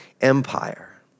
empire